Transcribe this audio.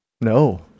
No